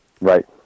Right